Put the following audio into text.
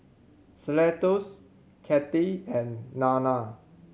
Cletus Cathy and Nana